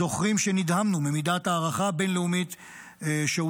זוכרים שנדהמנו ממידת ההערכה הבין-לאומית שהוא